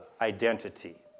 identity